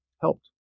helped